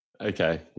Okay